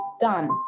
Done